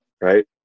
right